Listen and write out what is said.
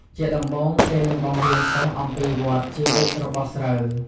ជាដំបូង គេនឹងបង្រៀនសិស្សអំពីវដ្តជីវិតរបស់ស្រូវ។